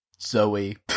Zoe